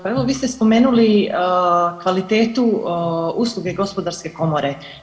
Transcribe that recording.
Pa evo Vi ste spomenuli kvalitetu usluge Gospodarske komore.